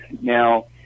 Now